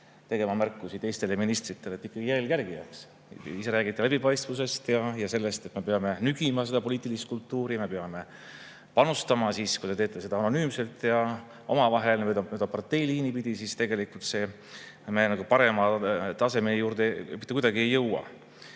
tegema märkusi teistele ministritele, vaid nii, et ikkagi jälg järgi jääks. Ise räägite läbipaistvusest ja sellest, et me peame nügima poliitilist kultuuri ja me peame panustama, aga kui te teete seda anonüümselt ja omavahel või parteiliini pidi, siis me tegelikult selle parema taseme juurde mitte kuidagi ei jõua.